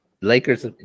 Lakers